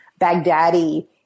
Baghdadi